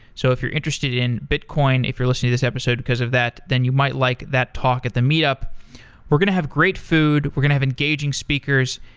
so if you're interested in bitcoin, if you're listening to this episode because of that, then you might like that talk at the meet up we're going to have great food. we're going to have engaging speakers,